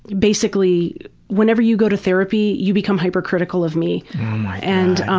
basically whenever you go to therapy you become hyper critical of me and